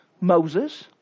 Moses